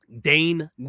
Dane